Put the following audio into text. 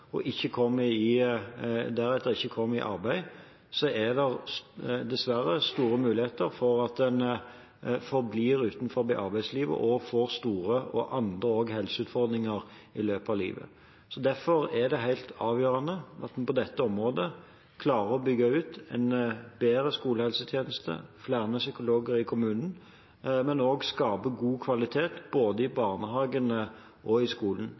deretter ikke kommer i arbeid, er det dessverre store muligheter for at en forblir utenfor arbeidslivet og får andre store helseutfordringer i løpet av livet. Derfor er det helt avgjørende at en på dette området klarer å bygge ut en bedre skolehelsetjeneste, flere psykologer i kommunen, men også skaper god kvalitet både i barnehagen og i skolen.